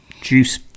juice